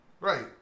right